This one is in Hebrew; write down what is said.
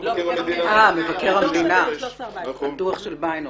הדוח של יוסף ביינהורן.